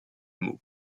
mots